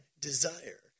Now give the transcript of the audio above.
desire